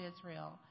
Israel